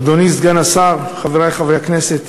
אדוני סגן השר, חברי חברי הכנסת,